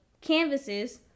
canvases